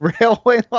Railway